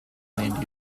land